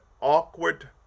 awkward